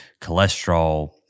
cholesterol